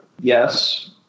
Yes